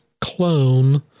clone